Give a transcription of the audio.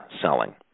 selling